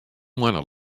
moanne